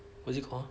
what is it called